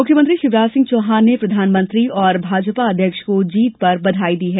मुख्यमंत्री शिवराज सिंह चौहान ने प्रधानमंत्री और भाजपा अध्यक्ष को जीत पर बधाई दी है